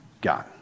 God